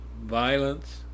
Violence